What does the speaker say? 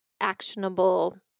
actionable